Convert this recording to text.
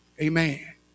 Amen